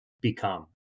become